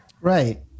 right